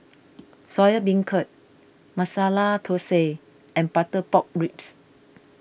Soya Beancurd Masala Thosai and Butter Pork Ribs